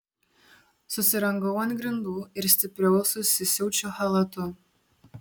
susirangau ant grindų ir stipriau susisiaučiu chalatu